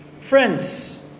Friends